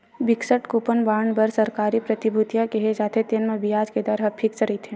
fixed coupon bond बर सरकारी प्रतिभूतिया केहे जाथे, तेन म बियाज के दर ह फिक्स रहिथे